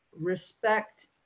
respect